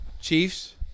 Chiefs